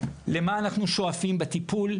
למה אנחנו שואפים בטיפול?